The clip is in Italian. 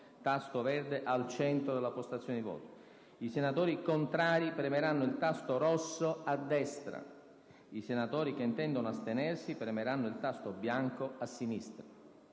tasto verde al centro della postazione di voto; i senatori contrari premeranno il tasto rosso a destra; i senatori che intendono astenersi premeranno il tasto bianco a sinistra.